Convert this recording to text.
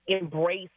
embrace